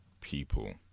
people